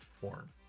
form